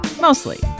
Mostly